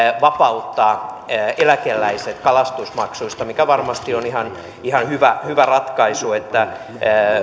vapauttaa eläkeläiset kalastusmaksuista mikä varmasti on ihan ihan hyvä hyvä ratkaisu että